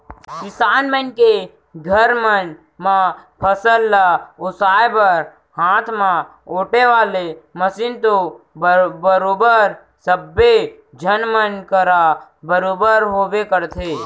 किसान मन के घर मन म फसल ल ओसाय बर हाथ म ओेटे वाले मसीन तो बरोबर सब्बे झन मन करा बरोबर होबे करथे